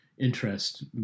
interest